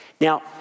Now